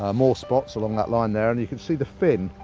ah more spots along that line there and you can see the fin,